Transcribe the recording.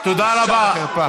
תודה רבה.